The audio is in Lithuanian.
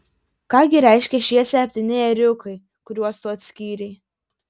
ką gi reiškia šie septyni ėriukai kuriuos tu atskyrei